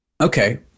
Okay